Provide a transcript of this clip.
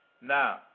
Now